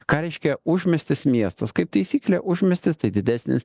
ką reiškia užmiestis miestas kaip taisyklė užmiestis tai didesnis